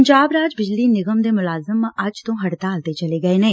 ਪੰਜਬ ਰਾਜ ਬਿਜਲੀ ਨਿਗਮ ਦੇ ਮੁਲਾਜ਼ਮ ਅੱਜ ਤੋਂ ਹੜਤਾਲ ਤੇ ਚੱਲੇ ਗਏ ਨੇ